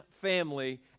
family